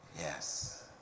Yes